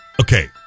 Okay